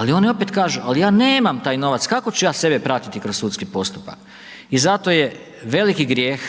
Ali oni opet kažu ali ja nemam taj novac, kako ću ja sebe pratiti kroz sudski postupak. I zato je veliki grijeh